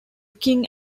king